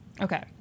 okay